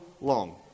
long